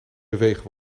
bewegen